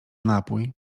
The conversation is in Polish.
napój